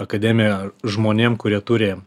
akademija žmonėm kurie turi